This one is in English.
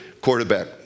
Quarterback